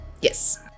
Yes